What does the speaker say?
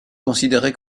considéré